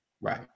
Right